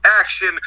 Action